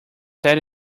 set